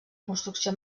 construcció